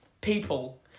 people